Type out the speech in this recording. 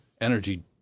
energy